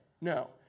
No